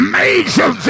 major